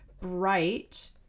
Bright